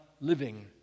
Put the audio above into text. living